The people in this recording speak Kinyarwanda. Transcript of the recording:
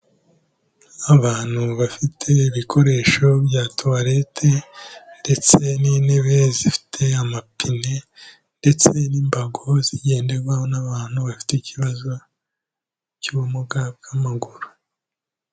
Abantu bafite ibikoresho bya tuwareti ndetse n'intebe zifite amapine ndetse n'imbago zigenderwaho n'abantu bafite ikibazo cy'ubumuga bw'amaguru.